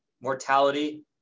Mortality